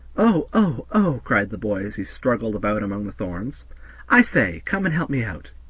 oh, oh, oh! cried the boy as he struggled about among the thorns i say, come and help me out.